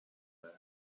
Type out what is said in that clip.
her